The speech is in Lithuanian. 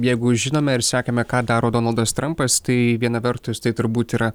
jeigu žinome ir sekame ką daro donaldas trampas tai viena vertus tai turbūt yra